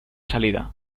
salida